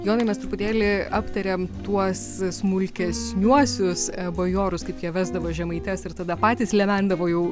jonai mes truputėlį aptarėm tuos smulkesniuosius bajorus kaip jie vesdavo žemaites ir tada patys lemendavo jau